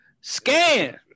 Scan